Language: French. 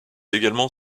également